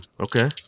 Okay